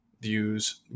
views